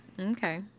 Okay